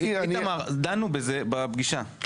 איתמר, דנו בזה בפגישה.